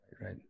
Right